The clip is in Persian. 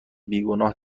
بیگناه